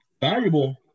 Valuable